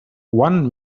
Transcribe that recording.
one